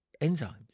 enzymes